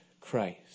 Christ